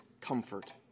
comfort